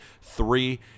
Three